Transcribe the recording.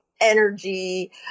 energy